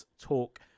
talk